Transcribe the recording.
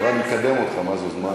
אתה רואה, אני מקדם אותך, מזוז.